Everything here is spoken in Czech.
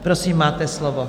Prosím, máte slovo.